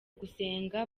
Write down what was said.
gusenga